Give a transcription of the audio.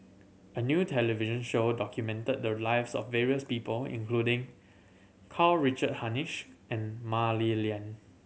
a new television show documented the lives of various people including Karl Richard Hanitsch and Mah Li Lian